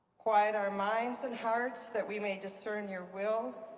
quiet our minds and hearts that we may discern your will,